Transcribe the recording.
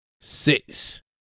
six